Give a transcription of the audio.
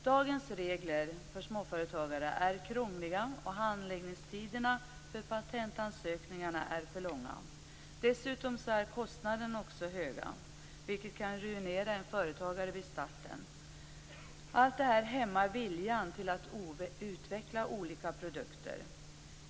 Dagens regler för småföretagare är krångliga, och handläggningstiderna för patentansökningar är för långa. Dessutom är kostnaderna så höga att de kan ruinera en småföretagare vid starten. Allt detta hämmar viljan att utveckla olika produkter.